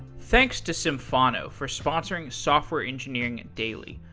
thanks to symphono for sponsoring software engineering daily.